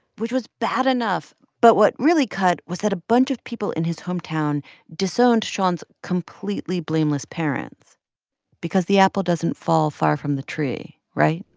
which was bad enough but what really cut was that a bunch of people in his hometown disowned shon's completely blameless parents because the apple doesn't fall far from the tree, right?